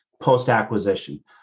post-acquisition